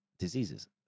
diseases